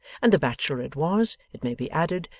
and the bachelor it was, it may be added,